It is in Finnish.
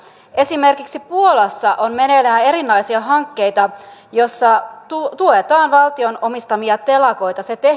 esimerkiksi puolassa on meneillään erilaisia hankkeita joissa tuetaan valtion omistamia telakoita